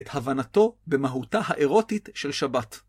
את הבנתו במהותה הארוטית של שבת.